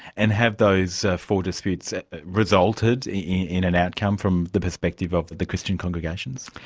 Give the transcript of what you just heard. and have those four disputes resulted in an outcome from the perspective of the christian congregations?